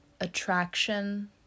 attraction